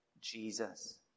Jesus